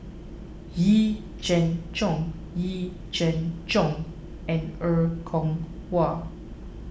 Yee Jenn Jong Yee Jenn Jong and Er Kwong Wah